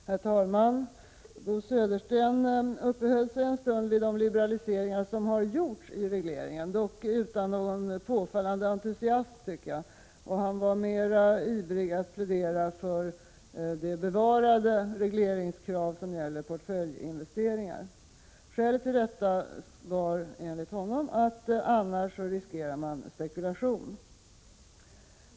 Herr talman! Bo Södersten uppehöll sig en stund vid de liberaliseringar som gjorts i valutaregleringar, dock utan att vara påfallande entusiastisk. Han var mera ivrig att plädera för att bevara de regleringskrav som gäller för portföljinvesteringar. Skälet till detta var enligt honom att vi annars riskerar spekulation.